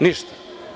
Ništa.